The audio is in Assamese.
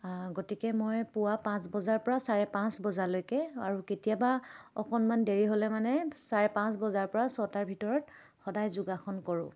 গতিকে মই পুৱা পাঁচ বজাৰ পৰা চাৰে পাঁচ বজালৈকে আৰু কেতিয়াবা অকণমান দেৰি হ'লে মানে চাৰে পাঁচ বজাৰ পৰা ছটাৰ ভিতৰত সদায় যোগাসন কৰোঁ